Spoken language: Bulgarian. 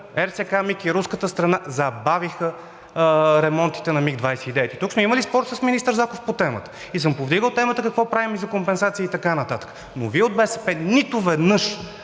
„РСК МиГ“ и руската страна забавиха ремонтите на МиГ-29. Тук сме имали спор с министър Заков по темата и съм повдигал темата – какво правим за компенсации и така нататък, но Вие от БСП нито веднъж